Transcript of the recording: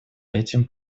этим